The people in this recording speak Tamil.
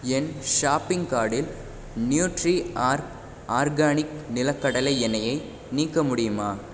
என் ஷாப்பிங் கார்ட்டில் நியூட்ரி ஆர்க் ஆர்கானிக் நிலக்கடலை எண்ணெய்யை நீக்க முடியுமா